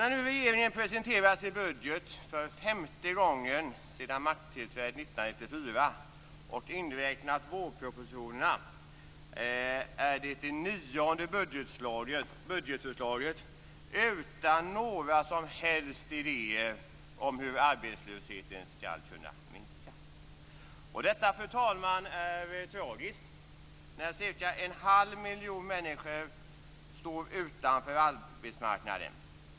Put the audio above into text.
När nu regeringen presenterar sin budget för femte gången sedan makttillträdet 1994, inräknat vårpropositionerna, är detta det nionde budgetförslaget utan några som helst idéer om hur arbetslösheten skall kunna minska. Detta är tragiskt, fru talman, när cirka en halv miljon människor står utanför arbetsmarknaden.